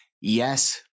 Yes